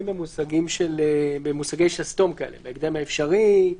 במושגי שסתום כאלה בהקדם האפשרי,